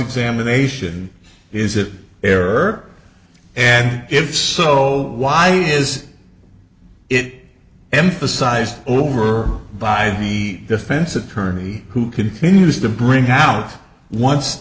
examination is it error and if so why is it emphasized over by the defense attorney who continues to bring out once